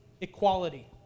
equality